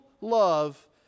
love